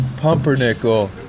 Pumpernickel